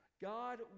God